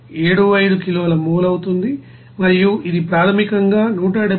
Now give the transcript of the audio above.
75 కిలోల మోల్ అవుతుంది మరియు ఇది ప్రాథమికంగా 173